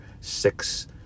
six